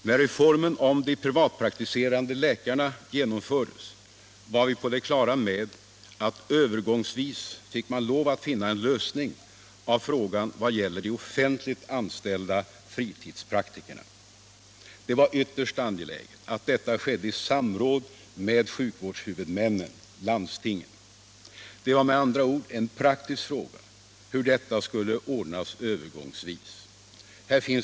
När reformen om de privatpraktiserande läkarna genomfördes, var vi på det klara med att man övergångsvis fick lov att finna en lösning av frågan vad beträffar de offentligt anställda fritidspraktikerna. Det var ytterst angeläget att detta skedde i samråd med sjukvårdshuvudmännen, landstingen. Det var med andra ord en praktisk fråga hur detta skulle ordnas övergångsvis.